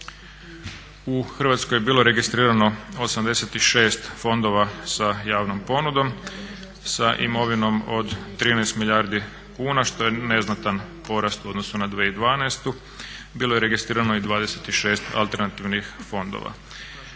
U Hrvatskoj je bilo registrirano 86 fondova sa javnom ponudom sa imovinom od 13 milijardi kuna što je neznatan porast u odnosu na 2012., bilo je registrirano i 26 alternativnih fondova.